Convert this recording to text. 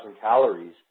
calories